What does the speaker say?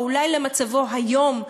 או אולי למצבו היום.